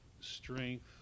strength